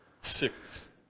six